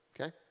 Okay